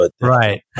Right